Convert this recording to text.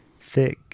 thick